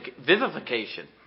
vivification